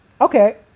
Okay